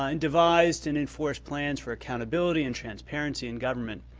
ah and devised and enforced plans for accountability and transparency in government.